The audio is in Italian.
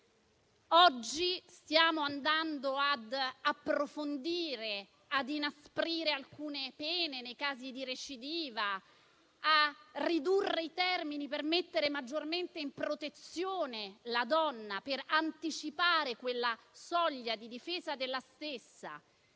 legge, stiamo andando ad approfondire e inasprire alcune pene nei casi di recidiva, a ridurre i termini per mettere maggiormente in protezione la donna e anticipare la soglia di difesa della stessa.